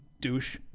douche